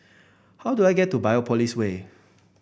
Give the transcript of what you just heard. how do I get to Biopolis Way